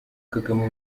kagame